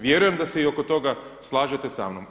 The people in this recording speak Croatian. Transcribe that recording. Vjerujem da se i oko toga slažete sa mnom.